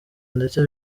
ndetse